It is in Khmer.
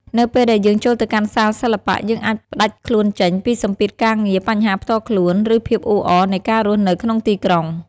នៅពេលដែលយើងចូលទៅកាន់សាលសិល្បៈ យើងអាចផ្តាច់ខ្លួនចេញពីសម្ពាធការងារ បញ្ហាផ្ទាល់ខ្លួន ឬភាពអ៊ូអរនៃការរស់នៅក្នុងទីក្រុង។